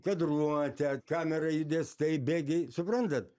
kadruotę kamera judės taip bėgiai suprantat